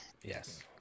yes